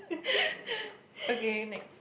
okay next